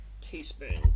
teaspoons